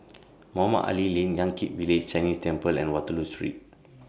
Mohamed Ali Lane Yan Kit Village Chinese Temple and Waterloo Street